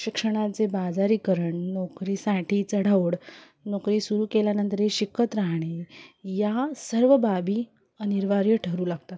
शिक्षणाचे बाजारीकरण नोकरीसाठी चढाओढ नोकरी सुरू केल्यानंतरही शिकत राहणे या सर्व बाबी अनिवार्य ठरवू लागतात